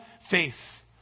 faith